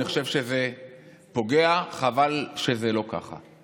אני חושב שזה פוגע, חבל שזה לא ככה.